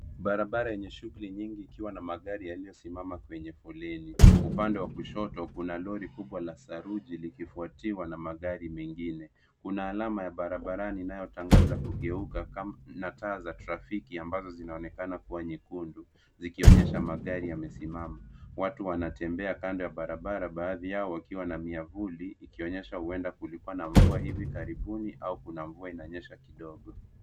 Barabara yenye shughuli nyingi ikiwa na magari yaliyosimama kwenye foleni. Upande wa kushoto kuna lori kubwa la saruji likifuatiwa na magari mengine. Kuna alama ya barabarani inayotangaza kugeuka na taa za trafiki ambazo zinaonekana kuwa nyekundu zikionyesha magari yamesimama. Watu wanatembea kando ya barabara baadhi yao wakiwa na miavuli ikionyesha huenda kulikuwa na mvua hivi karibuni au kuna mvua inanyesha kidogo.